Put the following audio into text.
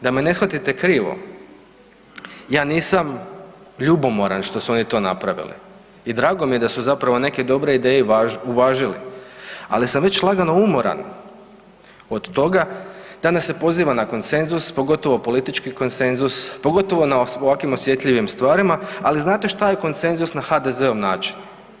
Da me ne shvatite krivo ja nisam ljubomoran što su oni to napravili i drago mi je da su zapravo neke dobre ideje uvažili, ali sam već lagano umoran od toga da nas se poziva na konsenzus, pogotovo politički konsenzus, pogotovo na ovakvim osjetljivim stvarima, ali znate šta je konsenzus na HDZ-ov način.